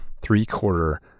three-quarter